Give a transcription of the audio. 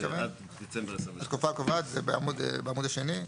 בעמוד השני.